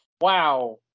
wow